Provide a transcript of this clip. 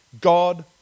God